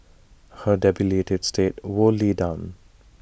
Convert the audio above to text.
her debilitated state wore lee down